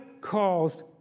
caused